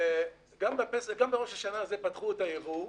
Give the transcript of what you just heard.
וגם בראש השנה הזה פתחו את הייבוא.